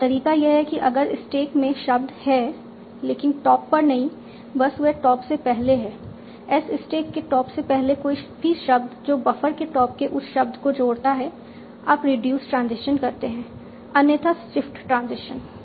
और तरीका यह है कि अगर स्टैक में शब्द हैं संदर्भ समय 2534 लेकिन टॉप पर नहीं बस वे टॉप से पहले हैं S स्टैक के टॉप से पहले कोई भी शब्द जो बफर के टॉप के उस शब्द को जोड़ता है आप रिड्यूस ट्रांजिशन करते हैं अन्यथा शिफ्ट ट्रांजिशन